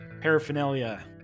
paraphernalia